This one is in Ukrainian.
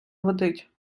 водить